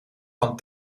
van